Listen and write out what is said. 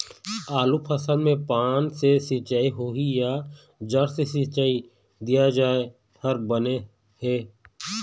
आलू फसल मे पान से सिचाई होही या जड़ से सिचाई दिया जाय हर बने हे?